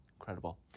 incredible